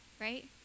Right